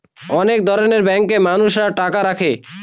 অনেক ধরনের ব্যাঙ্কে মানুষরা টাকা রাখে